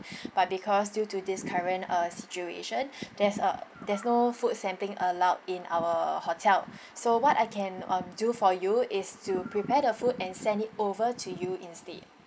but because due to this current uh situation there's a there's no food sampling allowed in our hotel so what I can um do for you is to prepare the food and send it over to you instead